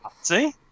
See